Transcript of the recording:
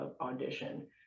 audition